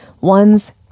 one's